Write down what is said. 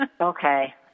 Okay